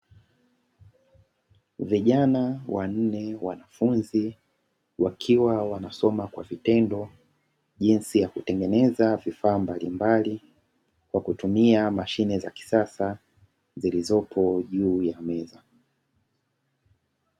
Vijana wanne wanafunzi wakiwa wanasoma kwa vitendo jinsi ya kutengeneza vifaa mbalimbali kwa kutumia mashine za kisasa zilizopo juu ya meza.